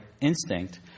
instinct